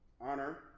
honor